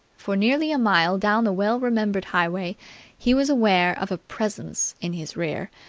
for nearly a mile down the well-remembered highway he was aware of a presence in his rear,